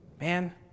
man